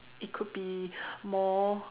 it could be more